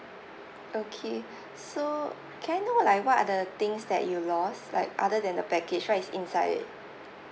okay so can I know like what are the things that you lost like other than the baggage what is inside it